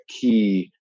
key